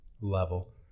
level